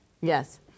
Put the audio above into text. Yes